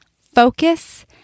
focus